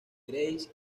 grace